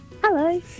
Hello